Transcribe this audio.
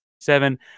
Seven